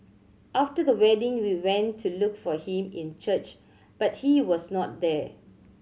after the wedding we went to look for him in church but he was not there